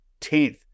10th